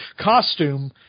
costume